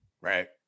right